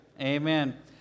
Amen